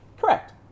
Correct